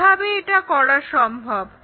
কিভাবে এটা করা সম্ভব